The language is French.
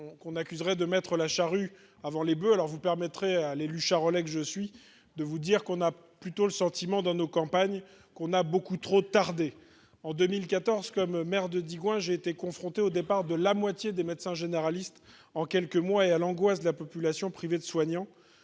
qu'on accusera de mettre la charrue avant les boeufs, alors vous permettrez à l'élu charolais que je suis, de vous dire qu'on a plutôt le sentiment, dans nos campagnes qu'on a beaucoup trop tardé, en 2014 comme maire de Digoin, j'ai été confronté au départ de la moitié des médecins généralistes en quelques mois, et à l'angoisse de la population privée de soignants